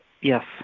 Yes